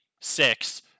six